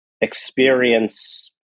experience